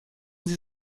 sie